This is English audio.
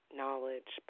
knowledge